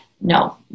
no